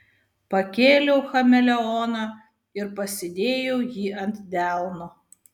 pakėliau chameleoną ir pasidėjau jį ant delno